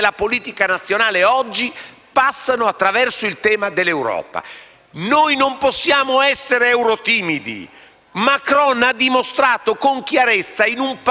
Noi non possiamo essere "eurotimidi". Macron ha dimostrato con chiarezza, in un Paese che è storicamente scettico rispetto all'Europa,